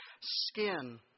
skin